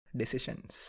decisions